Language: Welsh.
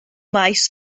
maes